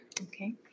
Okay